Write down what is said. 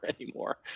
anymore